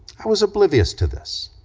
i was oblivious to this,